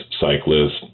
cyclists